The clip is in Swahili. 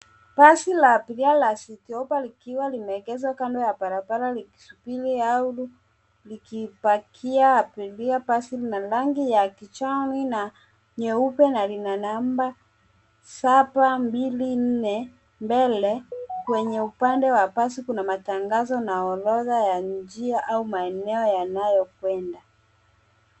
Basi la abiria la citi hoppa likiwa limeegeshwa kando ya barabara likisubiri au likipakia abiria. Basi lina rangi ya kijani na nyeupe na lina namba saba mbili nne mbele. Kwenye upande wa basi kuna matangazo na orodha ya njia au maeneo ya njia yanayokwenda.